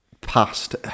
past